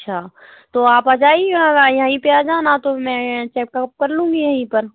अच्छा तो आप आ जाइएगा यहीं पर आ जाना तो मैं ए चेकअप कर लूँगी यहीं पर